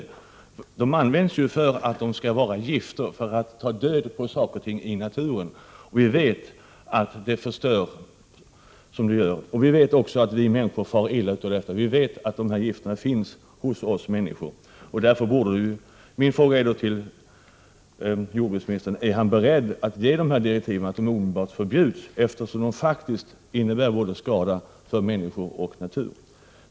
Medlen används ju dessutom i sin egenskap av gifter — alltså för att ta död på saker och ting i naturen. Vi vet att medlen förstör. Vi vet att människorna far illa av dessa gifter, och vi vet att dessa gifter finns hos oss människor. Min fråga till jordbruksministern är därför: Är jordbruksministern beredd att ge direktiv om att dessa medel omedelbart skall förbjudas, eftersom de faktiskt är till skada för både människor och natur?